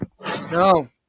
No